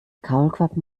kaulquappen